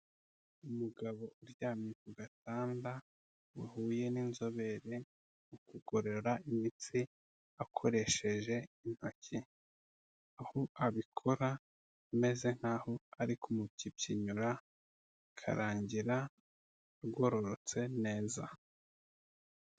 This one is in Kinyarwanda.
Umugabo uryamye ku gatanda wahuye n'inzobere mu kugorora imitsi akoresheje intoki, aho abikora ameze nk'aho ari kumupyipyinyura, bikarangira agororotse neza.